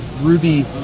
Ruby